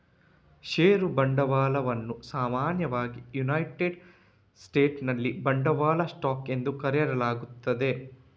ಷೇರು ಬಂಡವಾಳವನ್ನು ಸಾಮಾನ್ಯವಾಗಿ ಯುನೈಟೆಡ್ ಸ್ಟೇಟ್ಸಿನಲ್ಲಿ ಬಂಡವಾಳ ಸ್ಟಾಕ್ ಎಂದು ಕರೆಯಲಾಗುತ್ತದೆ